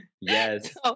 yes